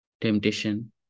Temptation